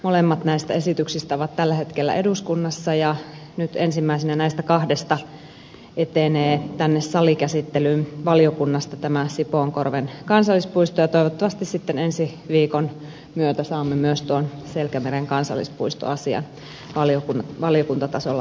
molemmat näistä esityksistä ovat tällä hetkellä eduskunnassa ja nyt ensimmäisenä näistä kahdesta etenee tänne salikäsittelyyn valiokunnasta tämä sipoonkorven kansallispuisto ja toivottavasti sitten ensi viikon myötä saamme myös tuon selkämeren kansallispuistoasian valiokuntatasolla ratkaistuksi